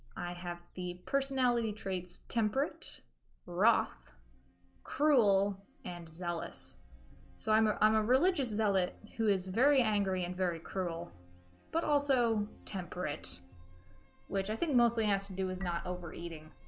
i have the personality traits temperent roth cruel and zealous so i'm ah i'm a religious zealot who is very angry and very cruel but also temperate which i think mostly has to do with not overeating